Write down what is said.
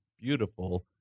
beautiful